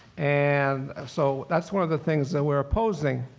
and so that's one of the things that we're opposing.